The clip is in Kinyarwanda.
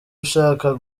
ushaka